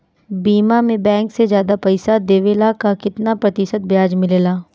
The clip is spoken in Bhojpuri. बीमा में बैंक से ज्यादा पइसा देवेला का कितना प्रतिशत ब्याज मिलेला?